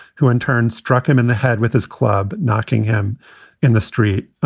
who in turn struck him in the head with his club, knocking him in the street.